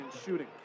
shooting